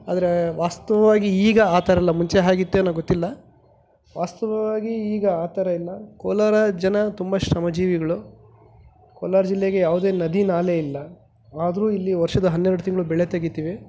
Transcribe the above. ಆದರೆ ವಾಸ್ತವವಾಗಿ ಈಗ ಆ ಥರ ಇಲ್ಲ ಮುಂಚೆ ಹೇಗಿತ್ತೇನೋ ಗೊತ್ತಿಲ್ಲ ವಾಸ್ತವವಾಗಿ ಈಗ ಆ ಥರ ಇಲ್ಲ ಕೋಲಾರ ಜನ ತುಂಬ ಶ್ರಮ ಜೀವಿಗಳು ಕೋಲಾರ ಜಿಲ್ಲೆಗೆ ಯಾವುದೇ ನದಿ ನಾಲೆ ಇಲ್ಲ ಆದರೂ ಇಲ್ಲಿ ವರ್ಷದ ಹನ್ನೆರಡು ತಿಂಗಳು ಬೆಳೆ ತೆಗೀತೀವಿ